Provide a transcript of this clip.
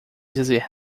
dizer